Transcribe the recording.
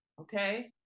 Okay